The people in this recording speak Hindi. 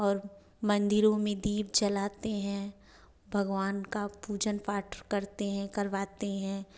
और मंदिरों में दीप जलाते हैं भगवान का पूजन पाठ करते हैं करवाते हैं